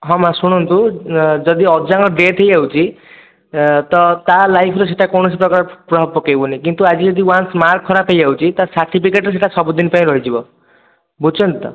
ହଁ ମାଆ ଶୁଣନ୍ତୁ ଯଦି ଅଜାଙ୍କ ଡେଥ୍ ହେଇଯାଉଛି ତ ତା' ଲାଇଫ୍ର ସେଟା କୌଣସି ପ୍ରକାର ପ୍ରଭାବ ପକାଇବନି କିନ୍ତୁ ଆଜି ଯଦି ୱାନ୍ସ ମାର୍କ ଖରାପ ହେଇଯାଉଛି ତା' ସାର୍ଟିଫିକେଟ୍ରେ ସେଇଟା ସବୁଦିନ ପାଇଁ ରହିଯିବ ବୁଝୁଛନ୍ତି ତ